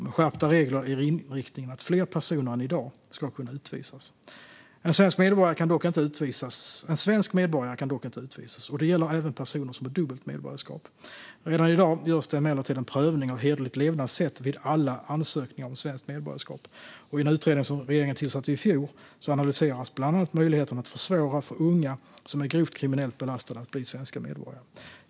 Med skärpta regler är inriktningen att fler personer än i dag ska kunna utvisas. En svensk medborgare kan dock inte utvisas, och det gäller även personer som har dubbelt medborgarskap. Redan i dag görs det emellertid en prövning av hederligt levnadssätt vid alla ansökningar om svenskt medborgarskap. Och i en utredning som regeringen tillsatte i fjol analyseras bland annat möjligheterna att försvåra för unga som är grovt kriminellt belastade att bli svenska medborgare.